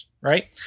right